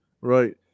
right